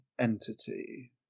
entity